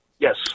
Yes